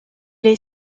est